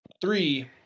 three